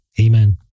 Amen